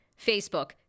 Facebook